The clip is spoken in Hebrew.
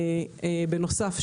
בנוסף,